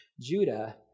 Judah